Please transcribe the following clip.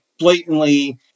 Blatantly